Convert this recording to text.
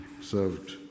served